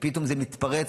פתאום זה מתפרץ,